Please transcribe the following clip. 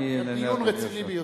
זה דיון רציני ביותר.